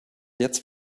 jetzt